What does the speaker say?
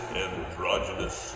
androgynous